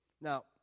Now